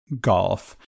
golf